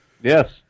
Yes